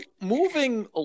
moving